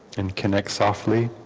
and connect softly